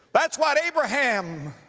that's what abraham